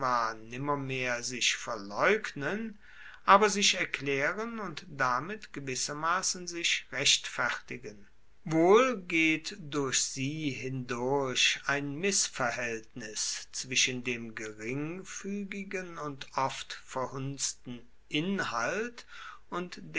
nimmermehr sich verleugnen aber sich erklaeren und damit gewissermassen sich rechtfertigen wohl geht durch sie hindurch ein missverhaeltnis zwischen dem geringfuegigen und oft verhunzten inhalt und